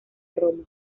roma